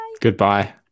goodbye